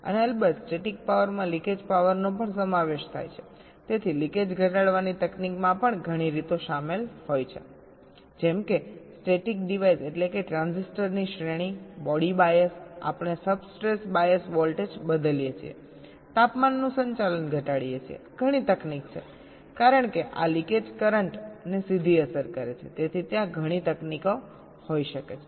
અને અલબત્ત સ્ટેટિક પાવરમાં લિકેજ પાવરનો પણ સમાવેશ થાય છેતેથી લીકેજ ઘટાડવાની તકનીકમાં પણ ઘણી રીતો શામેલ છે જેમ કે સ્ટેક ડિવાઇસ એટલે કે ટ્રાન્ઝિસ્ટરની શ્રેણી બોડી બાયસ આપણે સબસ્ટ્રેટ બાયસ વોલ્ટેજ બદલીએ છીએ તાપમાનનું સંચાલન ઘટાડીએ છીએ ઘણી તકનીક છે કારણ કે આ લિકેજ કરંટ ને સીધી અસર કરે છે તેથી ત્યાં ઘણી તકનીકો હોઈ શકે છે